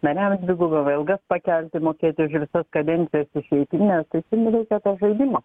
nariams dvigubai algas pakelti mokėti už visas kadencijas išeitines tai seimui reikia to žaidimo